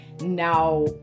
now